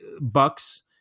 bucks